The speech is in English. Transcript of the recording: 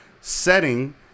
setting